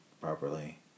properly